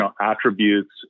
attributes